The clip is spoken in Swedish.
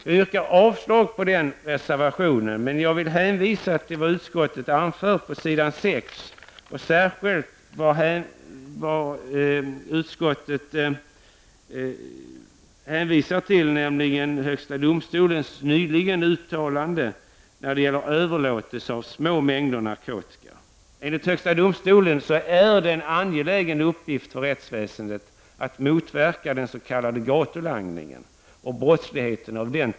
Jag yrkar avslag på den reservationen men vill hänvisa till vad utskottet anför på s. 6 och till HDs nyligen gjorda uttalande beträffande överlåtelse av små mängder narkotika. Enligt HD är det en angelägen uppgift för rättsväsendet att motverka den s.k. gatulangningen.